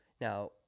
now